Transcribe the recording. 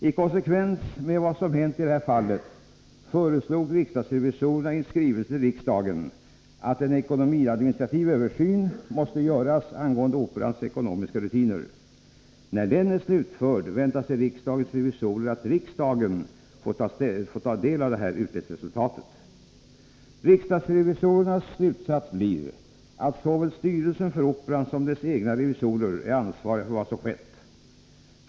I konsekvens med vad som hänt i detta fall föreslog riksdagsrevisorerna i skrivelse till riksdagen att en ekonomiadministrativ översyn måste göras angående Operans ekonomiska rutiner. När den är slutförd väntar sig riksdagens revisorer att riksdagen får ta del av detta utredningsresultat. Riksdagsrevisorernas slutsats blir att såväl styrelsen för Operan som dess egna revisorer är ansvariga för vad som skett.